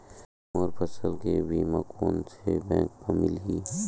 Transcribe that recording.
मोर फसल के बीमा कोन से बैंक म मिलही?